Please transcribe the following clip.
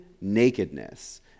nakedness